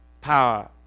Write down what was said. power